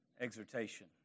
exhortation